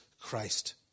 Christ